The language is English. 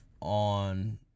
on